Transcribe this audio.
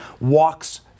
walks